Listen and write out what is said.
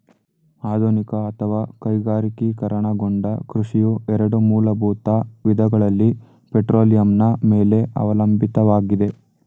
ಆಧುನಿಕ ಅಥವಾ ಕೈಗಾರಿಕೀಕರಣಗೊಂಡ ಕೃಷಿಯು ಎರಡು ಮೂಲಭೂತ ವಿಧಗಳಲ್ಲಿ ಪೆಟ್ರೋಲಿಯಂನ ಮೇಲೆ ಅವಲಂಬಿತವಾಗಿದೆ